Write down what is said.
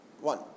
One